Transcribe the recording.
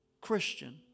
Christian